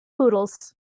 poodles